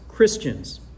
Christians